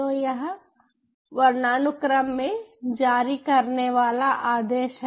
तो यह वर्णानुक्रम में जारी करने वाला आदेश है